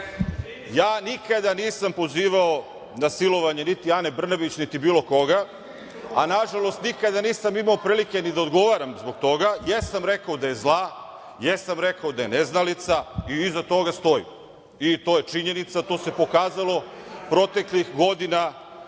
Ja nikada nisam pozivao na silovanje, niti Ane Brnabić, niti bilo koga. Nažalost, nikada nisam imao prilike ni da odgovaram zbog toga. Jesam rekao da je zla, jesam rekao da je neznalica i iza toga stojim, to je činjenica i to se pokazalo proteklih godina